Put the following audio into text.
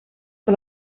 que